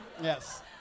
Yes